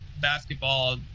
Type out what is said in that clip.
basketball